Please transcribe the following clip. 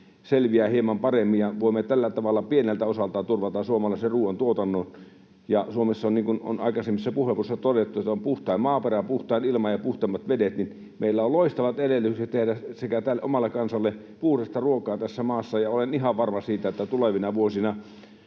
ovat hieman paremmat ja voimme tällä tavalla pieneltä osaltaan turvata suomalaisen ruuantuotannon. Suomessa on, niin kuin on aikaisemmissa puheenvuoroissa todettu, puhtain maaperä, puhtain ilma ja puhtaimmat vedet, niin että meillä on loistavat edellytykset tehdä puhdasta ruokaa tässä maassa tälle omalle kansalle ja olen ihan varma siitä, että tulevina vuosina